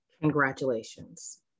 Congratulations